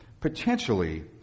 potentially